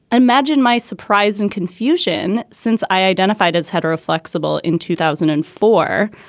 imagine my surprise and confusion since i identified as hetero flexible in two thousand and four,